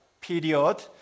period